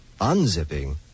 unzipping